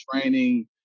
training